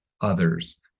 others